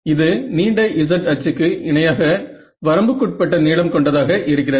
இது நீண்ட z அச்சுக்கு இணையாக வரம்புக்குட்பட்ட நீளம் கொண்டதாக இருக்கிறது